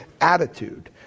attitude